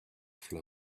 float